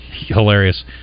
Hilarious